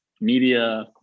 media